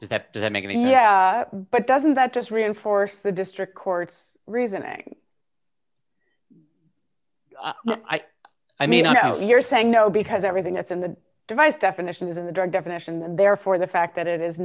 does that does that make it here but doesn't that just reinforce the district court's reasoning i mean you're saying no because everything that's in the device definition is in the definition and therefore the fact that it is